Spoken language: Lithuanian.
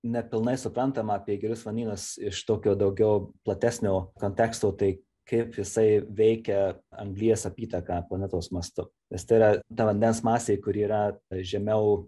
nepilnai suprantam apie gilius vanynus iš tokio daugiau platesnio konteksto tai kaip jisai veikia anglies apytaką planetos mastu nes tai yra ta vandens masė kuri yra žemiau